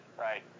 right